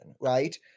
right